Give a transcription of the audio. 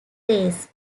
race